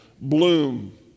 bloom